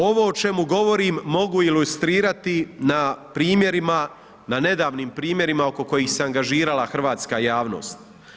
Ovo o čemu govorim mogu ilustrirati na primjerima, na nedavnim primjerima oko kojih se angažirala hrvatska javnost.